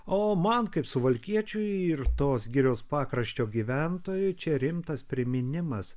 o man kaip suvalkiečiui ir tos girios pakraščio gyventojui čia rimtas priminimas